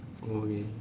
Colgate